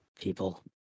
People